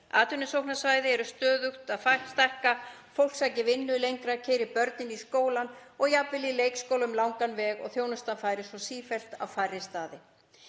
atvinnusóknarsvæði eru stöðugt að stækka, fólk sækir vinnu lengra, keyrir börnin í skólann og jafnvel í leikskóla um langan veg og þjónustan færist svo sífellt á færri staði.